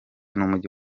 n’umujyi